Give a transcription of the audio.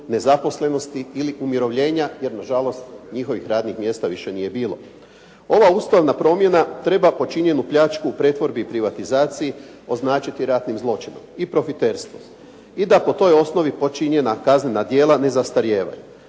nezaposlenosti ili umirovljenja jer nažalost njihovih radnih mjesta više nije bilo. Ova ustavna promjena treba počinjenu pljačku u pretvorbi i privatizaciji označiti ratnim zločinom i profiterstvom i da po toj osnovi počinjena kaznena djela ne zastarijevaju.